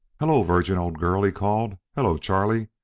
hello, virgin, old girl, he called. hello, charley.